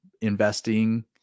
investing